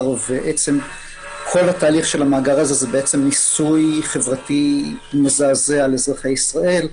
ועצם כל התהליך של המאגר הזה הוא ניסוי חברתי מזעזע על אזרחי ישראל.